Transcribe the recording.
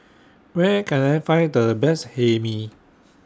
Where Can I Find The Best Hae Mee